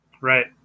right